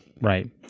Right